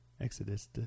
Exodus